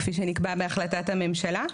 כפי שנקבע בהחלטת הממשלה.